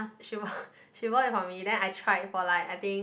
she bought she bought for me then I tried for like I think